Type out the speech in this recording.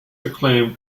acclaimed